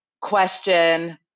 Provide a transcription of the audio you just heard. question